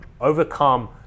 overcome